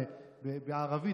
בערבית,